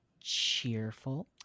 cheerful